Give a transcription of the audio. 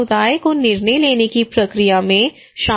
समुदाय को निर्णय लेने की प्रक्रिया में शामिल होना चाहिए